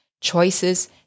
choices